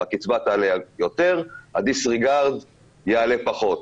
הקצבה תעלה יותר אז הדיסריגרד יעלה פחות.